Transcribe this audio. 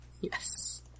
Yes